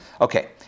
Okay